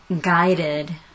guided